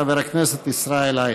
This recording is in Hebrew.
חבר הכנסת ישראל אייכלר.